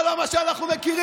זה לא מה שאנחנו מכירים.